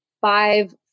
five